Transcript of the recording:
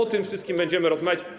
O tym wszystkim będziemy rozmawiać.